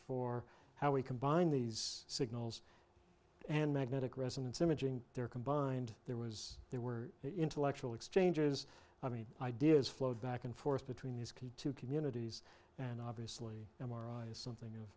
for how we combine these signals and magnetic resonance imaging there combined there was there were intellectual exchanges i mean ideas flowed back and forth between these key two communities and obviously m r i is something of